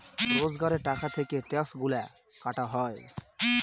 রোজগারের টাকা থেকে ট্যাক্সগুলা কাটা হয়